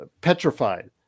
petrified